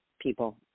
people